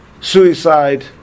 suicide